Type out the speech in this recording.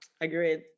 Agreed